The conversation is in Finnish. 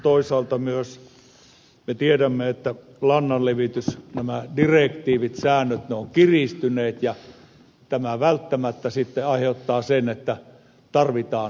toisaalta me tiedämme myös että lannanlevitysdirektiivit säännöt ovat kiristyneet ja tämä välttämättä sitten aiheuttaa sen että tarvitaan lisämaata